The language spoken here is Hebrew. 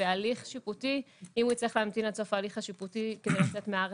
ואם הוא יצטרך להמתין עד סוף ההליך השיפוטי כדי לצאת מהארץ,